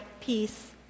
peace